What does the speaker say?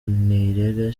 nirere